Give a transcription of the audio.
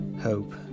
hope